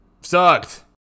sucked